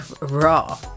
raw